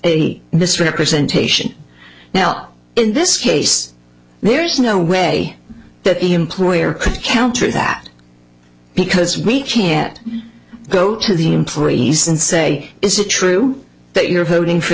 misrepresentation now in this case there is no way that the employer could counter that because we can't go to the employees and say is it true that you're voting for